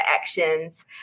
actions